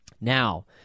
Now